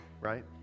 right